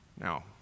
Now